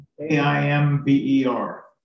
A-I-M-B-E-R